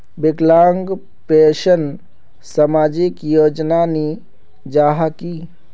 विकलांग पेंशन सामाजिक योजना नी जाहा की?